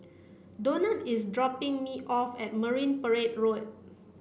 Donat is dropping me off at Marine Parade Road